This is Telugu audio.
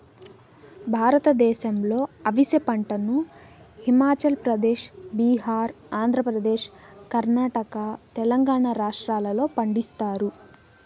భారతదేశంలో అవిసె పంటను హిమాచల్ ప్రదేశ్, బీహార్, ఆంధ్రప్రదేశ్, కర్ణాటక, తెలంగాణ రాష్ట్రాలలో పండిస్తారు